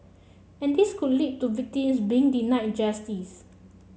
and this could lead to victims being denied justice